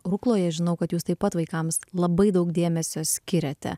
rukloje žinau kad jūs taip pat vaikams labai daug dėmesio skiriate